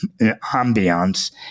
ambiance